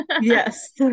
Yes